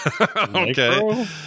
Okay